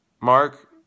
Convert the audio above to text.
Mark